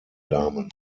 damen